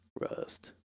Rust